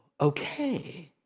okay